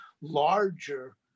larger